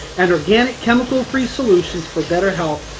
and organic chemical-free solutions for better health,